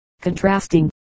Contrasting